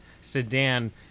sedan